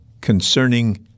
concerning